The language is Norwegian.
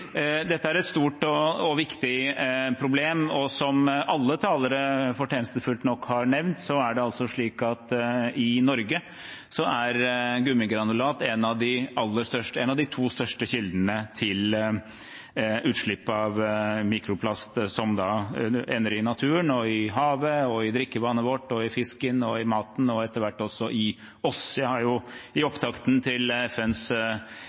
Dette er et stort og viktig problem, og som alle talere fortjenstfullt nok har nevnt, er det slik at i Norge er gummigranulat en av de to største kildene til utslipp av mikroplast, som ender i naturen – i havet, i drikkevannet vårt, i fisken, i maten og etter hvert også i oss. Jeg har i opptakten til FNs